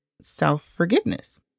self-forgiveness